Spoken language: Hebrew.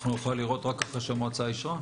אנחנו נוכל לראות רק אחרי שהמועצה אישרה?